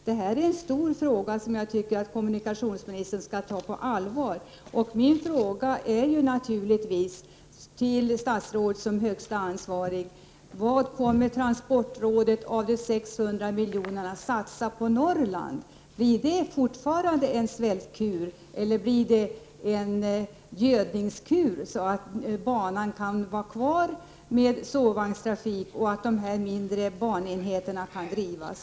Det här är en stor fråga som jag tycker att kommunikationsministern skall ta på allvar. Min fråga till statsrådet som högsta ansvarig för trafiken är: Vad kommer transportrådet att satsa på Norrland av anslaget på 600 milj.kr.? Blir det fortfarande en svältkur eller blir det en gödningskur så att banan kan vara kvar med sovvagnstrafik och så att de mindre banenheterna kan drivas?